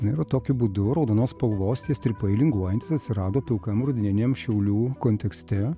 na ir va tokiu būdu raudonos spalvos tie strypai linguojantys atsirado pilkam rudeniniam šiaulių kontekste